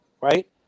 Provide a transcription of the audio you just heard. Right